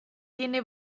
tiene